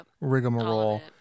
rigmarole